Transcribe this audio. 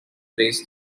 raised